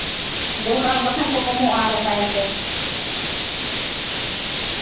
ᱜᱚᱦᱨᱟᱠ ᱟᱨᱵᱟᱝᱠᱷᱟᱱ ᱠᱚ ᱠᱚᱢᱚᱜᱼᱟ ᱛᱟᱭᱚᱢᱛᱮ